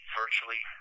virtually